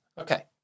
okay